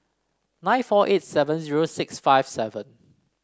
nine four eight seven zero six fifty seven